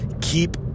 Keep